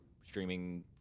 streaming